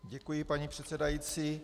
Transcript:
Děkuji, paní předsedající.